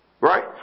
right